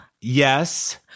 Yes